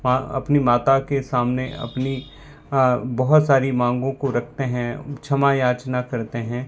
वहाँ अपनी माता के सामने अपनी बहुत सारी मांगों को रखते हैं क्षमा याचना करते हैं